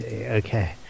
Okay